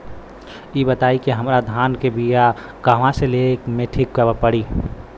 इ बताईं की हमरा धान के बिया कहवा से लेला मे ठीक पड़ी?